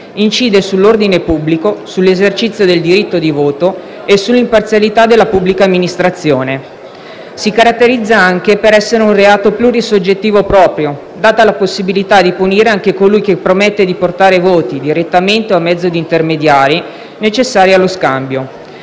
incide sull'ordine pubblico, sull'esercizio del diritto di voto e sull'imparzialità della pubblica amministrazione. Esso si caratterizza anche per essere un reato plurisoggettivo proprio, data la possibilità di punire anche colui che promette di portare i voti, direttamente o a mezzo di intermediari, necessari allo scambio.